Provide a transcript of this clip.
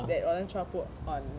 that roland chua put on